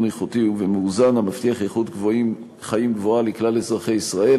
איכותי ומאוזן המבטיח איכות חיים גבוהה לכלל אזרחי ישראל.